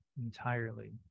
entirely